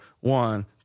one